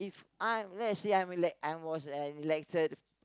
I let's say I'm I was an elected